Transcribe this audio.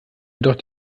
jedoch